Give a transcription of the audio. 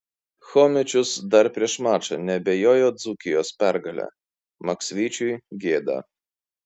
chomičius dar prieš mačą neabejojo dzūkijos pergale maksvyčiui gėda